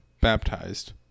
baptized